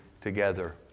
together